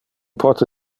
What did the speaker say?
pote